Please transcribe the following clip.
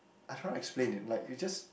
I cannot explain eh like you just